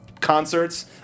concerts